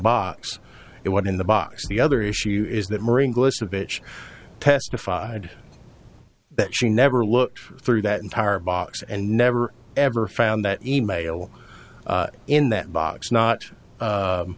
box it was in the box the other issue is that marine glisten bitch testified that she never looked through that entire box and never ever found that email in that box not